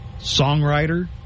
songwriter